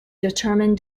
determine